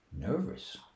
nervous